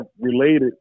related